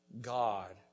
God